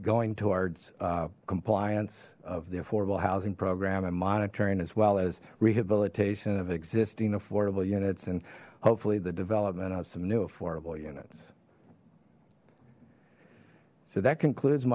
going towards compliance of the affordable housing program and monitoring as well as rehabilitation of existing affordable units and hopefully the development of some new affordable units so that conclu